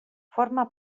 forma